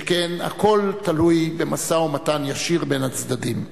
שכן הכול תלוי במשא-ומתן ישיר בין הצדדים.